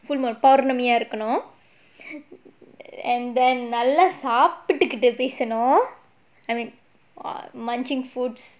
full moon பௌர்ணமியா இருக்கனும்:pournamiyaa irukkanum and then நல்லா சாப்டுட்டு பேசணும்:nallaa saaptuttu pesanum I mean munching foods